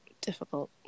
difficult